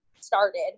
started